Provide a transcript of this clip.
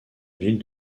ville